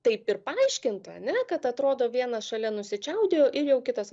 taip ir paaiškinta ane kad atrodo vienas šalia nusičiaudėjo ir jau kitas